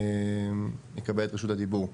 ויקבל את רשות הדיבור.